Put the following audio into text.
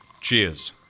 Cheers